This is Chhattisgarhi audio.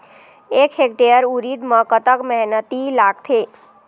एक हेक्टेयर उरीद म कतक मेहनती लागथे?